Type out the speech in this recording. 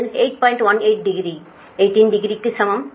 18 degree 18 டிகிரிக்கு சமம் மன்னிக்கவும் 0